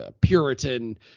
Puritan